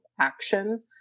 action